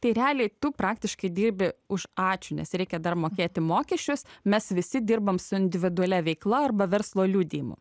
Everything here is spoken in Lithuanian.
tai realiai tu praktiškai dirbi už ačiū nes reikia dar mokėti mokesčius mes visi dirbam su individualia veikla arba verslo liudijimu